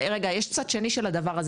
יש צד שני של הדבר הזה.